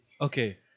Okay